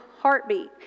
heartbeat